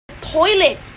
toilet